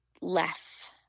less